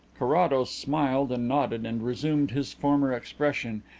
carrados smiled and nodded and resumed his former expression,